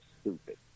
stupid